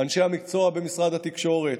אנשי המקצוע במשרד התקשורת